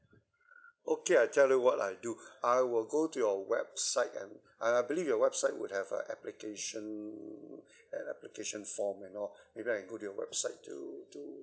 okay I tell you what I'll do I will go to your website and I I believe your website would have a application an application form and all maybe I can go to your website to to